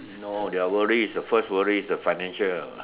know their worries their first worry is the financial